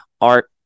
art